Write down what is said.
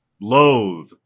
loathe